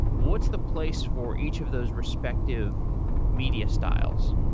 what's the place for each of those respective media styles?